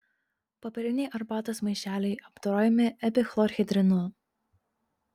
popieriniai arbatos maišeliai apdorojami epichlorhidrinu